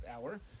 hour